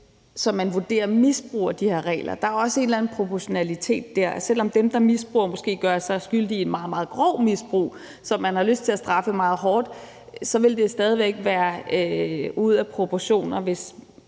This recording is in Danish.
som man vurderer misbruger de her regler. Der er også en eller anden proportionalitet der. Selv om dem, der misbruger, måske gør sig skyldige i et meget, meget groft misbrug, som man har lyst til at straffe meget hårdt, så vil det stadig væk være ude af proportioner, hvis